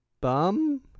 bum